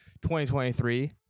2023